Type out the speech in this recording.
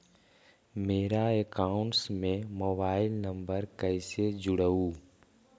मेरा अकाउंटस में mobile number कैसे जुड़उ?